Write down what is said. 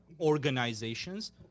organizations